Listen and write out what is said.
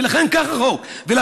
כך החוק.